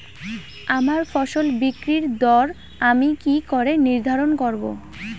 আমার ফসল বিক্রির দর আমি কি করে নির্ধারন করব?